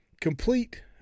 complete